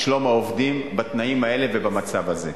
שלום העובדים בתנאים האלה ובמצב הזה,